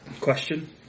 Question